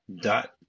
dot